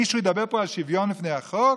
מישהו ידבר פה על שוויון בפני החוק?